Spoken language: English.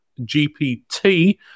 GPT